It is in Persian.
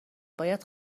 باید